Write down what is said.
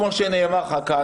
כמו שנאמר כאן